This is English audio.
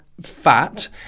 fat